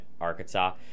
Arkansas